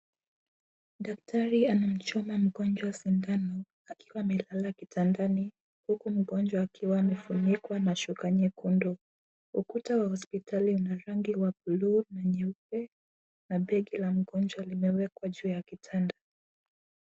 Daktari amemchoma mgonjwa sindano akiwa amelala kitandani huku mgonjwa akiwa amefunikwa na shuka nyekundu. Ukuta wa hosipitali una rangi wa buluu na nyeupe na begi la mgonjwa limewekwa juu ya kitanda.